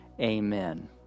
Amen